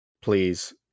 please